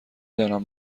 دانم